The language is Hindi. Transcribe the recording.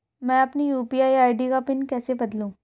मैं अपनी यू.पी.आई आई.डी का पिन कैसे बदलूं?